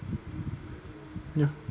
ya